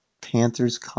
Panthers